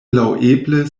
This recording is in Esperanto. laŭeble